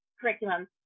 curriculum